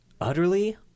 utterly